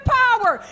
power